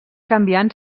canviant